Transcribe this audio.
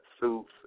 suits